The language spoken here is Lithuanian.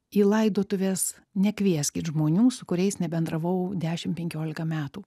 į laidotuvės nekvieskit žmonių su kuriais nebendravau dešimt penkiolika metų